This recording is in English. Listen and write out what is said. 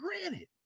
granted